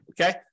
Okay